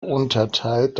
unterteilt